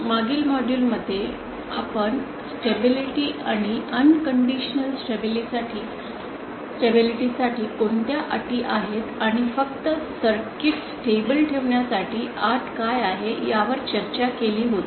मागील मॉड्यूल मध्ये आपण स्टेबिलिटी आणि अनकंडिशनल स्टेबिलिटी साठी कोणत्या अटी आहेत आणि फक्त सर्किट स्टेबल ठेवण्यासाठी अट काय आहे यावर चर्चा केली होती